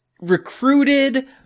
recruited